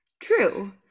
True